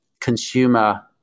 consumer